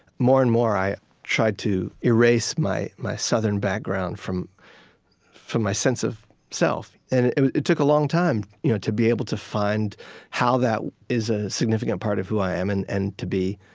more and more i tried to erase my my southern background from from my sense of self. and it took a long time you know to be able to find how that is a significant part of who i am and and to be